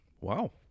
Wow